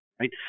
right